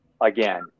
again